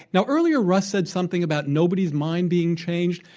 now, earlier russ said something about nobody's mind being changed.